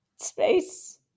space